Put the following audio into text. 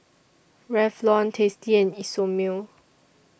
Revlon tasty and Isomil